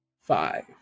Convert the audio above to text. five